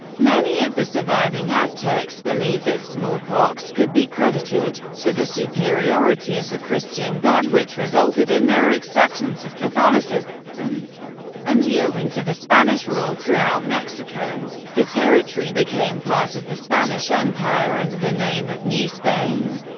many of the surviving aztecs believed that smallpox could be credited to the superiority of the christian god, which resulted in their acceptance of catholicism um and yielding to the spanish rule throughout mexico. the territory became part of the spanish empire under the name of new spain.